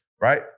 right